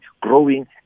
growing